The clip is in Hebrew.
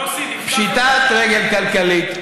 פשיטת רגל כלכלית,